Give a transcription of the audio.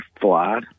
fly